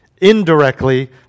indirectly